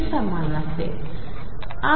शी समान असेल